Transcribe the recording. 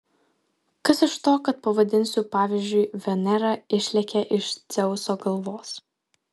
kas iš to kad pavadinsiu pavyzdžiui venera išlėkė iš dzeuso galvos